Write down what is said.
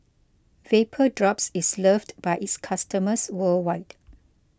Vapodrops is loved by its customers worldwide